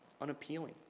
unappealing